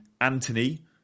Anthony